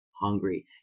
hungry